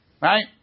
Right